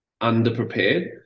underprepared